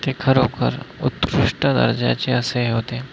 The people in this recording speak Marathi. ते खरोखर उत्कृष्ट दर्जाचे असे हे होते